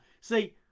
See